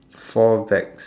four bags